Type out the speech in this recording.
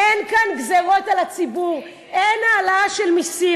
אין כאן גזירות על הציבור, אין העלאה של מסים.